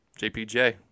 JPJ